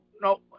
no